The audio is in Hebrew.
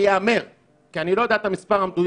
אני אהמר, כי אני לא יודע את המספר המדויק,